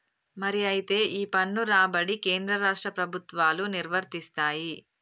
మరి అయితే ఈ పన్ను రాబడి కేంద్ర రాష్ట్ర ప్రభుత్వాలు నిర్వరిస్తాయి